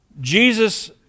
Jesus